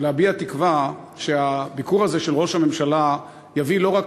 להביע תקווה שהביקור הזה של ראש הממשלה לא רק